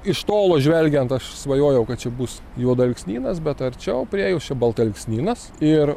iš tolo žvelgiant aš svajojau kad čia bus juodalksnynas bet arčiau priėjus čia baltalksnynas ir